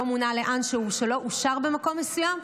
מונה לאנשהו ושלא אושר במקום מסוים,